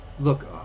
Look